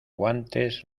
guantes